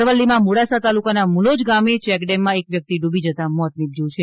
અરવલ્લીમાં મોડાસા તાલુકાના મુલોજ ગામે ચેક ડેમમાં એક વ્યક્તિ ડૂબી મોત નિપજ્યું છે